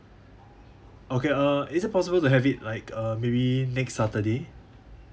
okay uh is it possible to have it like uh maybe next saturday